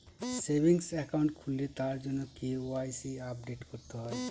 savings account খুললে তার জন্য কে.ওয়াই.সি আপডেট করতে হয়